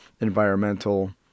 environmental